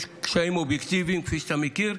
יש קשיים אובייקטיביים, כפי שאתה מכיר,